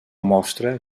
mostra